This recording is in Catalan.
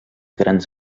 grans